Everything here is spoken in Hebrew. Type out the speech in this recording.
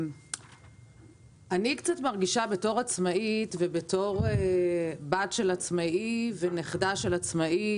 אני קצת מרגישה בתור עצמאית ובתור בת של עצמאי ונכדה של עצמאי